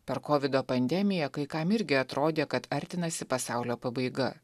per kovido pandemiją kai kam irgi atrodė kad artinasi pasaulio pabaiga